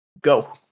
Go